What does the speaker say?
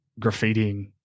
graffitiing